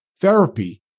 therapy